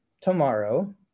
tomorrow